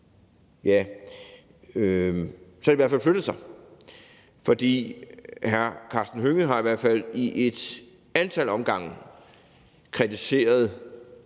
har sagt, har de jo flyttet sig, for hr. Karsten Hønge har i hvert fald et antal gange kritiseret